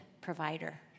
provider